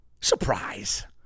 Surprise